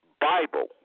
Bible